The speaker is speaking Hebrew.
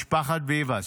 משפחת ביבס,